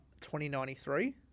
2093